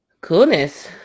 coolness